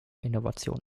innovation